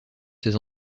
ces